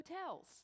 hotels